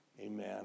Amen